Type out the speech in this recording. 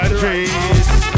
trees